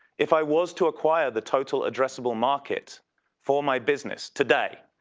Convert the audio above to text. if i was to acquire the total addressable market for my business today,